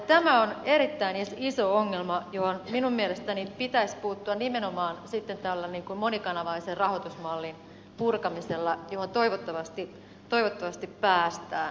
tämä on erittäin iso ongelma johon minun mielestäni pitäisi puuttua nimenomaan tällä monikanavaisen rahoitusmallin purkamisella johon toivottavasti päästään